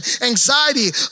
anxiety